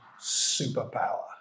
superpower